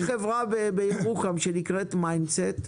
יש חברה בירוחם שנקראת MindCET.